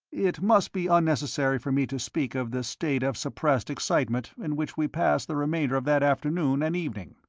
it must be unnecessary for me to speak of the state of suppressed excitement in which we passed the remainder of that afternoon and evening.